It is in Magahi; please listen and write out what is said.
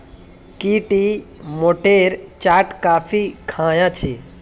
की टी मोठेर चाट कभी ख़या छि